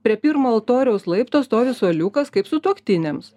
prie pirmo altoriaus laipto stovi suoliukas kaip sutuoktiniams